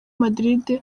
madrid